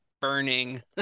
burning